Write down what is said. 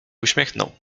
uśmiechnął